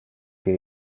que